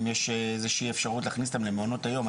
אם יש איזו שהיא אפשרות להכניס אותם למעונות היום.